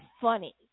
funny